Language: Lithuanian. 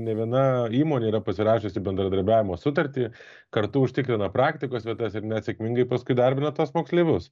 nė viena įmonė yra pasirašiusi bendradarbiavimo sutartį kartu užtikrina praktikos vietas ir net sėkmingai paskui įdarbina tuos moksleivius